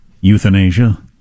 Euthanasia